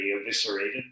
eviscerated